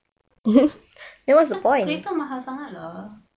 kereta mahal sangat lah